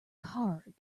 card